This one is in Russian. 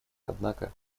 однако